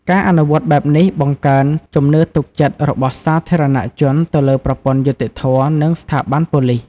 ការអនុវត្តបែបនេះបង្កើនជំនឿទុកចិត្តរបស់សាធារណជនទៅលើប្រព័ន្ធយុត្តិធម៌ និងស្ថាប័នប៉ូលិស។